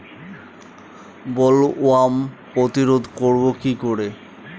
Bollworm প্রতিরোধ করব কি করে?